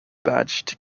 badged